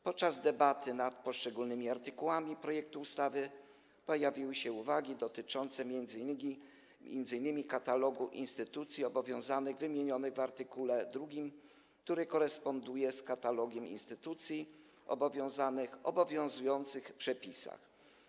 Podczas debaty nad poszczególnymi artykułami projektu ustawy pojawiły się uwagi dotyczące m.in. katalogu instytucji obowiązanych wymienionych w art. 2, który koresponduje z katalogiem instytucji obowiązanych wymienionych w obowiązujących przepisach.